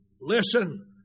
Listen